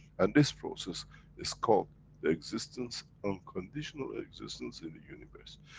and this process is called the existence, unconditional existence in the universe.